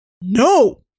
No